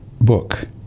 book